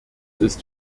ist